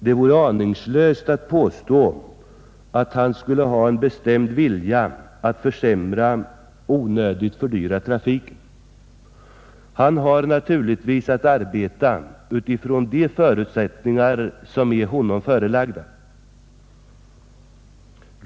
Det vore aningslöst att påstå att han skulle ha en bestämd vilja att försämra och onödigt fördyra trafiken. Han har naturligtvis att arbeta utifrån de förutsättningar som är honom givna.